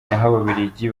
ababiligi